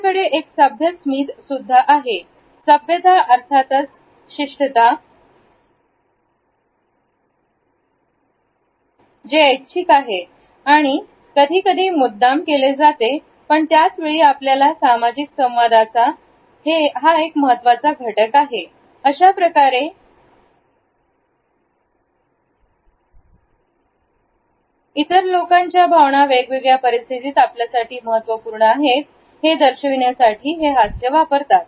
आपल्याकडे एक सभ्य स्मित सुद्धा आहे सभ्यता अर्थातच शिष्ट ता जे ऐच्छिक आहे आणि आणि कधी कधी मुद्दाम केले जाते पण त्याचवेळी आपल्या सामाजिक संवादाचा हा एक महत्त्वाचा घटक आहे अशाप्रकारे हे सभेस मी इतर लोकांच्या भावना वेगवेगळ्या परिस्थितीत आपल्यासाठी महत्त्वपूर्ण आहेत हे दर्शविण्यासाठी वापरतात